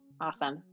Awesome